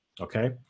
okay